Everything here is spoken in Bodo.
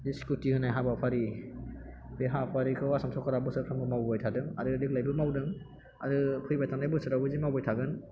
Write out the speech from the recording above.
बे स्कुटि होनाय हाबाफारि बे हाबाफारिखौ आसाम सरकारा बोसोरफ्रोमबो मावबोबाय थादों आरो देग्लायबो मावदों आरो फैबाय थानाय बोसोरावबो दि मावबाय थागोन